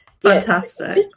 fantastic